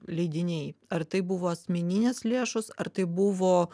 leidiniai ar tai buvo asmeninės lėšos ar tai buvo